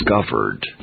discovered